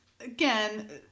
again